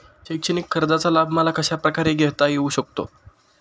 शैक्षणिक कर्जाचा लाभ मला कशाप्रकारे घेता येऊ शकतो?